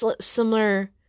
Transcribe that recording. similar